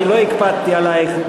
אני לא הקפדתי עלייך,